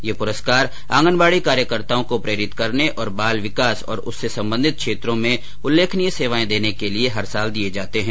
ये पुरस्कार आंगनवाड़ी कार्यकर्ताओं को प्रेरित करने और बाल विकास और उससे संबंधित क्षेत्रो में उल्लेखनीय सेवाएं देने के लिए हर साल दिये जाते है